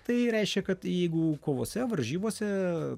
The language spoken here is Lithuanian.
tai reiškia kad jeigu kovose varžybose